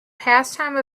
pastime